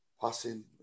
passing